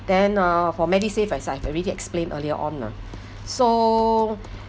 then uh for medisave I said I've already explained earlier on ah so